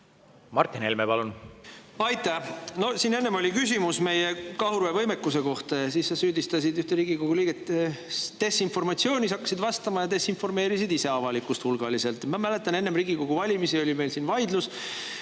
on liitlaste omad. Aitäh! Siin oli enne küsimus meie kahurväevõimekuse kohta ja siis sa süüdistasid ühte Riigikogu liiget desinformatsioonis, hakkasid vastama ja desinformeerisid ise avalikkust hulgaliselt. Ma mäletan, et enne Riigikogu valimisi oli meil siin vaidlus